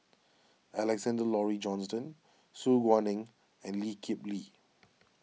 Alexander Laurie Johnston Su Guaning and Lee Kip Lee